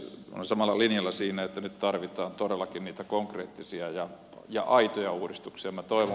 olen samalla linjalla siinä että nyt tarvitaan todellakin niitä konkreettisia ja aitoja uudistuksia